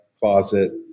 closet